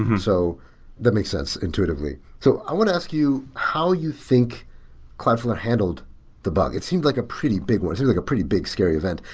so that makes sense intuitively. so i want to ask you how you think cloudflare handled the bug. it seems like a pretty big one. it seems like a pretty big scary event.